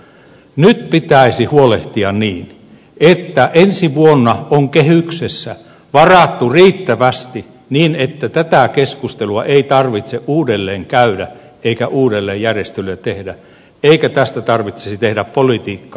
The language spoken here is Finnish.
nyt pitäisi huolehtia siitä että ensi vuonna on kehyksessä varattu riittävästi niin että tätä keskustelua ei tarvitse uudelleen käydä eikä uudelleenjärjestelyjä tehdä eikä tästä tarvitsisi tehdä politiikkaa